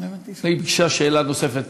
היא ביקשה שאלה נוספת.